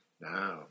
Now